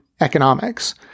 economics